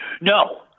No